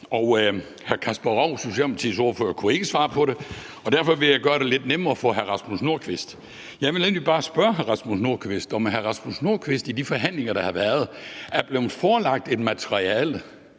Hr. Kasper Roug, Socialdemokratiets ordfører, kunne ikke svare på det, og derfor vil jeg gøre det lidt nemmere for hr. Rasmus Nordqvist. Jeg vil nemlig bare spørge hr. Rasmus Nordqvist, om hr. Rasmus Nordqvist i de forhandlinger, der har været, er blevet forelagt materiale,